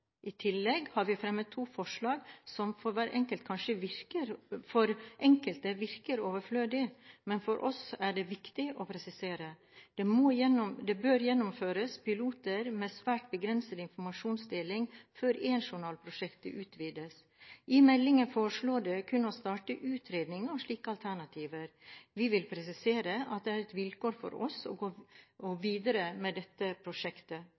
I tillegg har vi fremmet to forslag som for enkelte kanskje virker overflødige, men som for oss er viktige å presisere. Det bør gjennomføres piloter med svært begrenset informasjonsdeling før én-journal-prosjektet utvides. I meldingen foreslås det kun å starte utredning av ulike alternativer. Vi vil presisere at det er et vilkår for oss for å gå videre med dette prosjektet.